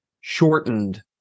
shortened